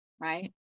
right